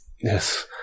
Yes